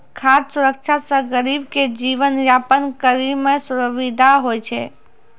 खाद सुरक्षा से गरीब के जीवन यापन करै मे सुविधा होय छै